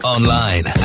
Online